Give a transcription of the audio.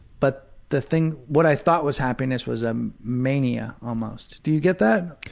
but the thing what i thought was happiness was a mania almost. do you get that?